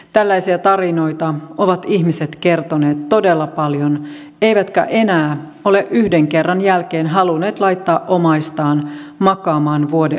tällaisia tarinoita ovat ihmiset kertoneet todella paljon eivätkä enää ole yhden kerran jälkeen halunneet laittaa omaistaan makaamaan vuodeosastolle